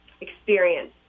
experience